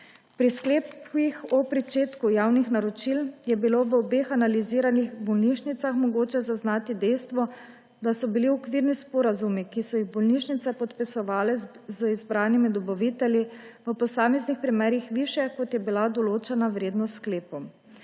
Pri sklepih o začetku javnih naročil je bilo v obeh analiziranih bolnišnicah mogoče zaznati dejstvo, da so bili okvirni sporazumi, ki so jih bolnišnice podpisovale z izbranimi dobavitelji, v posameznih primerih višji, kot je bila določena vrednost s sklepom.